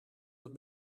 het